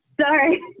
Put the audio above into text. sorry